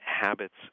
habits